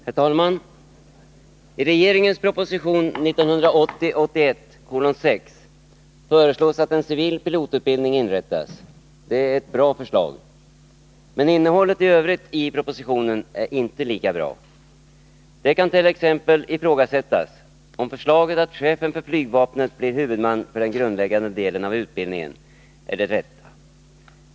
Herr talman! I regeringens proposition 1980/81:6 föreslås att en civil pilotutbildning inrättas. Det är ett bra förslag. Men innehållet i övrigt i propositionen är inte lika bra. Det kan t.ex. ifrågasättas om förslaget att chefen för flygvapnet blir huvudman för den grundläggande delen av utbildningen är det rätta.